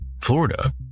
Florida